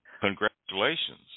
congratulations